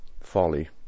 folly